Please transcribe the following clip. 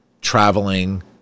traveling